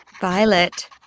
Violet